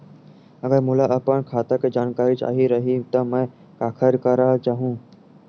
अगर मोला अपन खाता के जानकारी चाही रहि त मैं काखर करा जाहु?